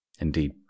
Indeed